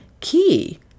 Key